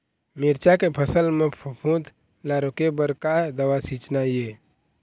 मिरचा के फसल म फफूंद ला रोके बर का दवा सींचना ये?